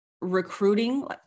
recruiting